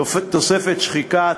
תוספת שחיקה,